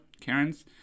karens